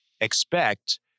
expect